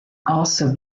also